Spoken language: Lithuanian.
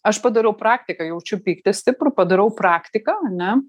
aš padarau praktiką jaučiu pyktį stiprų padarau praktiką ane